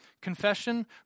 Confession